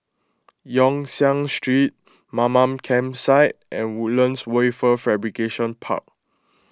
Yong Siak Street Mamam Campsite and Woodlands Wafer Fabrication Park